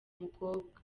mukobwa